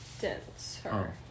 denser